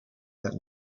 that